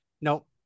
Nope